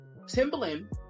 Timbaland